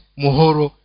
muhoro